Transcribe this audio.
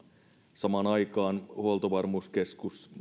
samaan aikaan huoltovarmuuskeskus